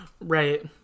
Right